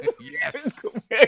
Yes